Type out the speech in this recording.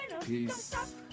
Peace